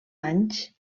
anys